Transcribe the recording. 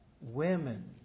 women